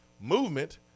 movement